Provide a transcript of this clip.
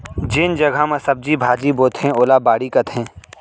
जेन जघा म सब्जी भाजी बोथें ओला बाड़ी कथें